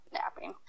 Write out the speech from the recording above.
napping